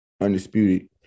undisputed